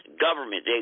government